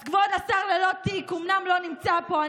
אז כבוד השר, אומנם ללא תיק, לא נמצא פה.